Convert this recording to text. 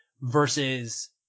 versus